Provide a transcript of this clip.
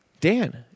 Dan